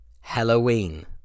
Halloween